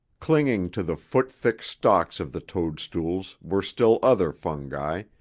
clinging to the foot-thick stalks of the toadstools were still other fungi,